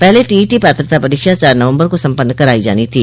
पहले टीईटी पात्रता परीक्षा चार नवम्बर को सम्पन्न कराई जानी थी